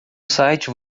site